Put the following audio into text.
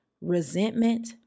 resentment